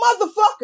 Motherfucker